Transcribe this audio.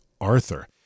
Arthur